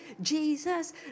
Jesus